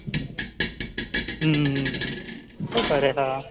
बरें हां